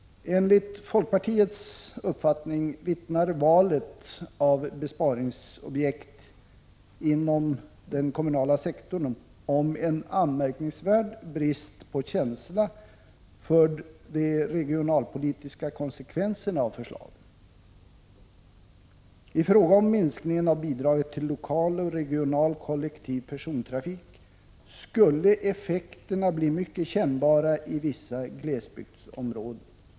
Enligt folkpartiets uppfattning vittnar valet av besparingsobjekt inom den kommunala sektorn om en anmärkningsvärd brist på känsla för de regionalpolitiska konsekvenserna av förslagen. I fråga om minskningen av bidraget till lokal och regional kollektiv persontrafik skulle effekterna bli mycket kännbara i vissa glesbygdsområden.